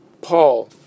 Paul